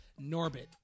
Norbit